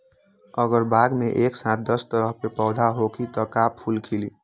अगर बाग मे एक साथ दस तरह के पौधा होखि त का फुल खिली?